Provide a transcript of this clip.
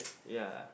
ya